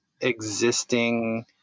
existing